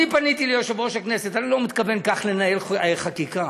אני פניתי ליושב-ראש הכנסת: אני לא מתכוון כך לנהל חקיקה.